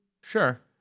Sure